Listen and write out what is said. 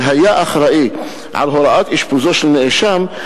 שהיה אחראי להוראת אשפוז של נאשם,